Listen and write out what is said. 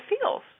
feels